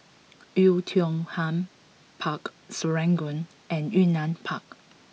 Oei Tiong Ham Park Serangoon and Yunnan Park